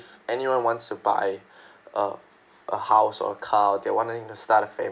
if anyone wants to buy a a house or a car they're wanting to start a family